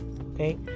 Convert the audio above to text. okay